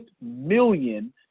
million